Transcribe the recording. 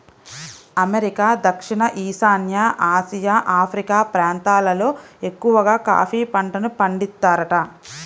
America, దక్షిణ ఈశాన్య Asia, Africa ప్రాంతాలల్లో ఎక్కవగా కాఫీ పంటను పండిత్తారంట